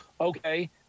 okay